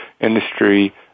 industry